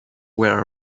were